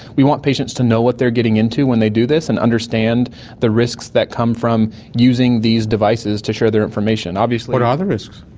we want patients to know what they're getting into when they do this and understand the risks that come from using these devices to share their information. what are the risks?